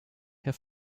herr